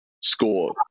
score